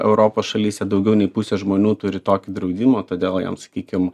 europos šalyse daugiau nei pusė žmonių turi tokį draudimą todėl jiem sakykim